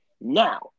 Now